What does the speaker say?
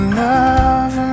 love